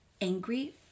angry